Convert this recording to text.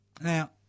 Now